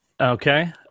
Okay